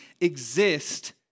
exist